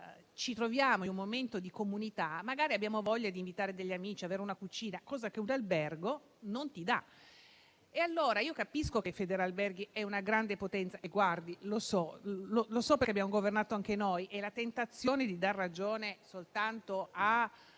si trova tutti insieme magari si ha voglia di ricevere degli amici, avere una cucina, cosa che un albergo non ti dà. Allora io capisco che Federalberghi è una grande potenza e guardi, lo so perché abbiamo governato anche noi e la tentazione di dare ragione soltanto ad